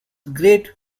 great